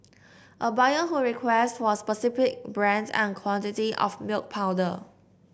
a buyer would request for a specific brand and quantity of milk powder